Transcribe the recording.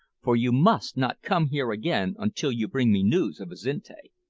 for you must not come here again until you bring me news of azinte.